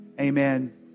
amen